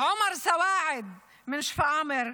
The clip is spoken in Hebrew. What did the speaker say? עומר סוואעד משפרעם,